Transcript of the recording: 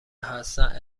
هستند